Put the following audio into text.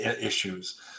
issues